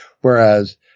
whereas